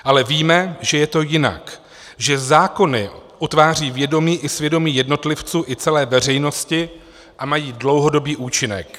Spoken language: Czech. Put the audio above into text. Ale víme, že je to jinak, že zákony utvářejí vědomí i svědomí jednotlivců i celé veřejnosti a mají dlouhodobý účinek.